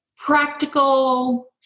practical